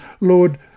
Lord